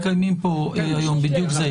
וחייבים להכניס את זה לסד הזה